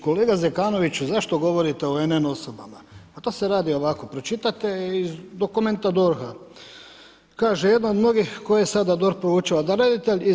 Kolega Zekanoviću, zašto govorite o NN osobama, pa to se radi ovako pročitate iz dokumenta DORH-a. kaže jedna od mnogih koje sada DORH proučava da redatelj iz